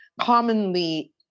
commonly